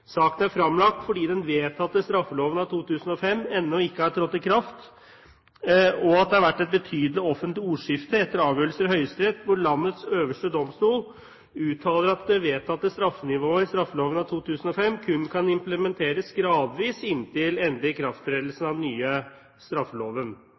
Saken er fremlagt fordi den vedtatte straffeloven av 2005 ennå ikke har trådt i kraft, og fordi det har vært et betydelig offentlig ordskifte etter avgjørelser i Høyesterett, hvor landets øverste domstol uttaler at det vedtatte straffenivået i straffeloven av 2005 kun kan implementeres gradvis inntil endelig